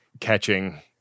catching